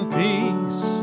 peace